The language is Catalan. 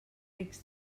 rics